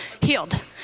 Healed